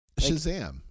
Shazam